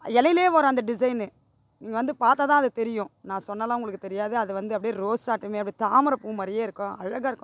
இலைலயே வரும் அந்த டிசைன்னு நீங்கள் வந்து பார்த்தா தான் அது தெரியும் நான் சொன்னாலாம் உங்களுக்கு தெரியாது அது வந்து அப்படியே ரோஸாட்டமே அப்டி தாமரை பூ மாறியே இருக்கும் அழகா இருக்கும்